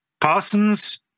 Parsons